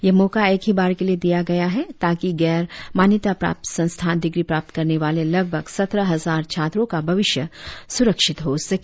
यह मौका एक ही बार के लिए दिया गया है ताकि गैर मान्यताप्राप्त संस्थान डिग्री प्राप्त करने वाले लगभग सत्रह हजार छात्रों का भविष्य सुरक्षित हो सके